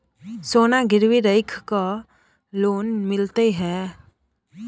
सोना गिरवी रख के लोन मिलते है?